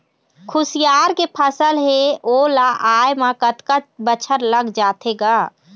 खुसियार के फसल हे ओ ला आय म कतका बछर लग जाथे गा?